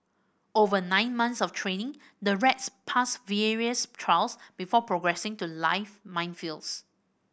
over nine months of training the rats pass various trials before progressing to live minefields